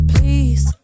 Please